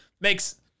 makes